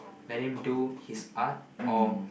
let him do his art or